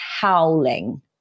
howling